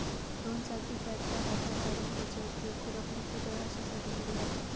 दोन चाकी ट्रॅक्टर हातात धरून त्याचो उपयोग खुरपणी, कुदळ अश्यासाठी केलो जाता